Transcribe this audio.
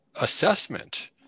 assessment